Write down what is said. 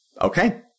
Okay